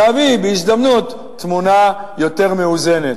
הוא להביא בהזדמנות תמונה יותר מאוזנת.